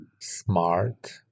smart